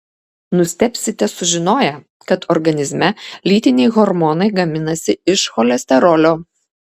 nustebsite sužinoję kad organizme lytiniai hormonai gaminasi iš cholesterolio